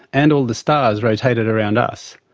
and all the stars, rotated around us.